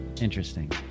Interesting